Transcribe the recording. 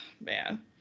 Man